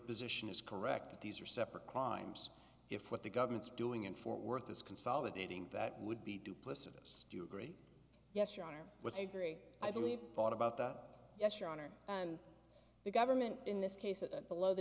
position is correct that these are separate crimes if what the government's doing in fort worth is consolidating that would be duplicitous do you agree yes your honor but avery i believe thought about that yes your honor and the government in this case a below the